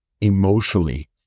emotionally